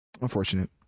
Unfortunate